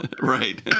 Right